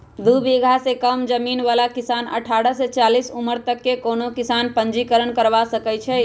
दू बिगहा से कम जमीन बला किसान अठारह से चालीस उमर तक के कोनो किसान पंजीकरण करबा सकै छइ